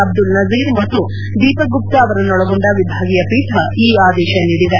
ಅಬ್ದುಲ್ ನಜೀರ್ ಮತ್ತು ದೀಪಕ್ ಗುಪ್ತ ಅವರನ್ನೊಳಗೊಂಡ ವಿಭಾಗೀಯ ಪೀಠ ಈ ಆದೇಶ ನೀಡಿದೆ